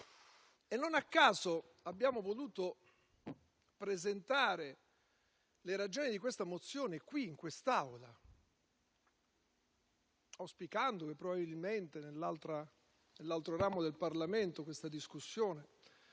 e non a caso abbiamo voluto presentare le ragioni di questa mozione qui in quest'Aula, auspicando che nell'altro ramo del Parlamento questa discussione